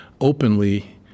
openly